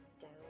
down